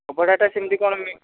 ଅବଢ଼ାଟା କେମିତି କ'ଣ